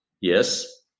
Yes